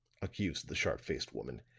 accused the sharp-faced woman.